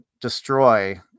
destroy